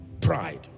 Pride